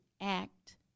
act